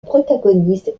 protagoniste